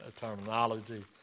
terminology